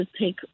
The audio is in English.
take